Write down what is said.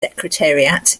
secretariat